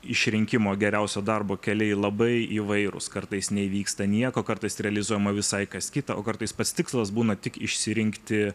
išrinkimo geriausio darbo keliai labai įvairūs kartais neįvyksta nieko kartais realizuojama visai kas kita o kartais pats tikslas būna tik išsirinkti